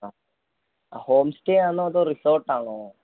ആ home stay ആണോ അതോ റിസോർട്ട് ആണോ